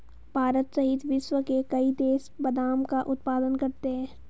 भारत सहित विश्व के कई देश बादाम का उत्पादन करते हैं